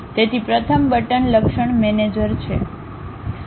તેથી પ્રથમ બટન લક્ષણ મેનેજર છે